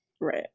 Right